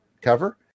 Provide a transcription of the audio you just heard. cover